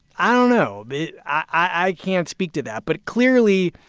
i don't know, but i can't speak to that. but clearly,